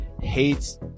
Hates